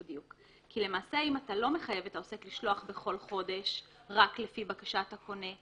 אם אתה לא מחייב את העוסק לשלוח כל חודש אלא רק לפי בקשת הקונה,